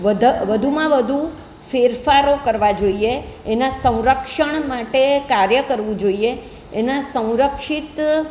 વધા વધુમાં વધું ફેરફારો કરવા જોઈએ એના સંરક્ષણ માટે કાર્ય કરવું જોઈએ એના સંરક્ષિત